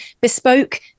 bespoke